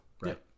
right